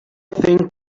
think